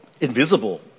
invisible